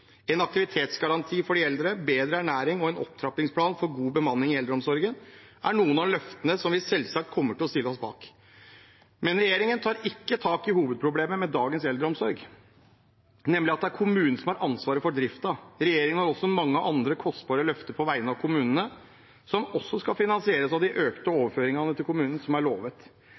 En aktivitetsgaranti for de eldre, bedre ernæring og en opptrappingsplan for god bemanning i eldreomsorgen er noen av løftene som vi selvsagt kommer til å stille oss bak. Men regjeringen tar ikke tak i hovedproblemet med dagens eldreomsorg, nemlig at det er kommunen som har ansvaret for driften. Regjeringen har også mange andre kostbare løfter på vegne av kommunene, som også skal finansieres av de økte overføringene til kommunene som er lovet.